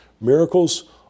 Miracles